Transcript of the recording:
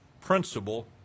principle